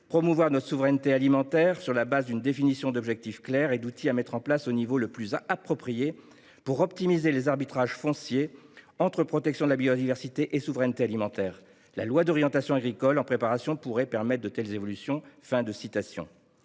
promouvoir notre souveraineté alimentaire sur la base d’une définition d’objectifs clairs et d’outils à mettre en place […] au niveau le plus approprié […] pour optimiser les arbitrages fonciers entre protection de la biodiversité et souveraineté alimentaire ». Ils ajoutaient que « la loi d’orientation agricole en préparation pourrait permettre de telles évolutions ».